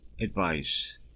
advice